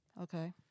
Okay